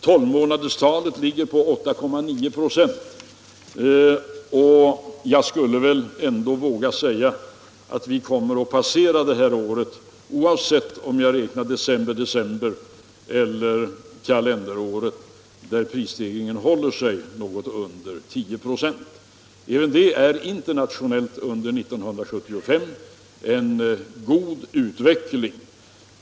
Tolvmånaderstalet hos oss ligger på 8,9 96, och jag skulle väl ändå våga säga att vi kommer att passera det här året, oavsett om jag räknar perioden december-december eller kalenderåret, med en prisstegring som håller sig något under 10 96. Även det är för år 1975 internationellt sett'en god utveckling.